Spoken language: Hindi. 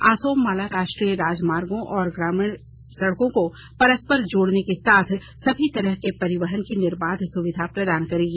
असोम माला राष्ट्रीय राजमार्गो और ग्रामीण सड़कों को परस्पर जोड़ने के साथ सभी तरह के परिवहन की निर्बाध सुविधा प्रदान करेगी